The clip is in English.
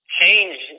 change